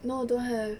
no don't have